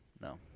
No